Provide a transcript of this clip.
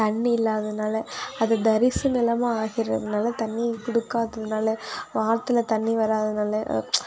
தண்ணி இல்லாததுனால அது தரிசு நிலமாக ஆகிறதுனால தண்ணி கொடுக்காததுனால ஆத்தில் தண்ணி வராததினால